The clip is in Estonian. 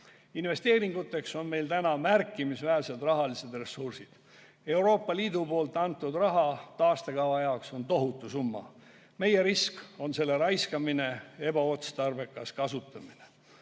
Investeeringuteks on meil praegu olemas märkimisväärsed rahalised ressursid. Euroopa Liidu antud raha taastekava jaoks on tohutu summa. Meie risk on selle raiskamine, ebaotstarbekas kasutamine.